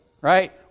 right